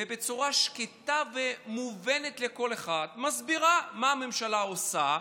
ובצורה שקטה ומובנת לכל אחד מסבירה מה הממשלה עושה,